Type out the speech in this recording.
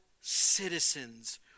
citizens